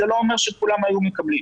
זה לא אומר שכולם היו מקבלים.